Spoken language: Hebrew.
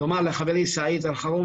אנחנו חייבים להרים את הנושא הזה.